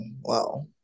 wow